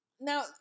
Now